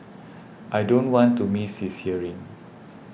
I don't want to miss his hearing